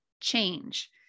change